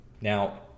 Now